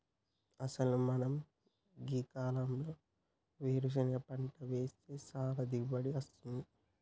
అసలు మనం గీ కాలంలో వేరుసెనగ పంట వేస్తే సానా దిగుబడి అస్తుంది